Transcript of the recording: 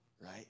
right